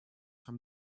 from